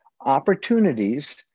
opportunities